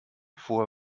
vor